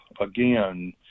again